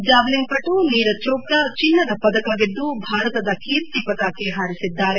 javelin ಪಟು ನೀರಜ್ ಛೋಪ್ರಾ ಚಿನ್ನದ ಪದಕ ಗೆದ್ದು ಭಾರತದ ಕೀರ್ತಿ ಪತಾಕೆ ಹಾರಿಸಿದ್ದಾರೆ